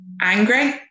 angry